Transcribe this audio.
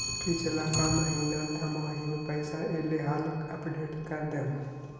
पिछला का महिना दमाहि में पैसा ऐले हाल अपडेट कर देहुन?